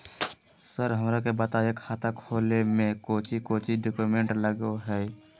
Sir हमरा के बताएं खाता खोले में कोच्चि कोच्चि डॉक्यूमेंट लगो है?